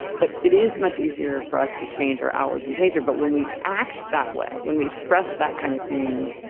but it is much easier for us to change our outward behaviour, but when we act that way, when we express that kind of feeling,